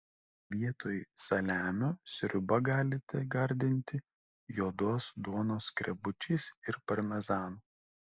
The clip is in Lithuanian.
vietoj saliamio sriubą galite gardinti juodos duonos skrebučiais ir parmezanu